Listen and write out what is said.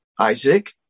Isaac